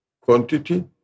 quantity